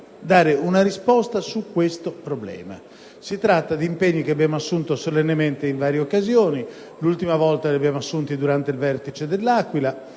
dare una risposta su questo problema. Si tratta di impegni che abbiamo assunto solennemente in varie occasioni, l'ultima volta durante il Vertice de L'Aquila,